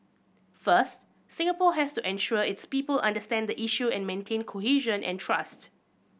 first Singapore has to ensure its people understand the issue and maintain cohesion and trust